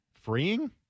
freeing